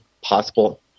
possible